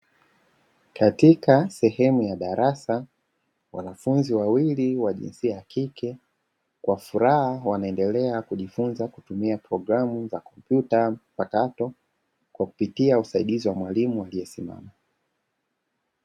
Katika sehemu ya darasa, wanafunzi wawili wa jinsia ya kike kwa furaha wanaendelea kujifunza kutumia programu za kompyuta mpakato kwa kupitia usaidizi wa mwalimu aliyesimama.